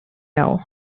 now